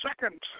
second